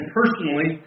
personally